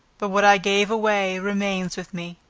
but what i gave away remains with me.